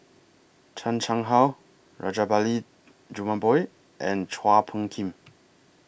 Chan Chang How Rajabali Jumabhoy and Chua Phung Kim